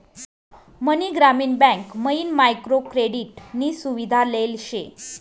मनी ग्रामीण बँक मयीन micro credit नी सुविधा लेल शे